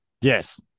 Yes